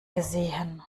gesehen